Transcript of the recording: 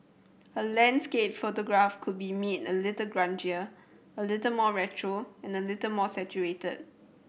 a landscape photograph could be made a little grungier a little more retro and a little more saturated